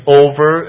over